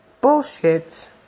Bullshit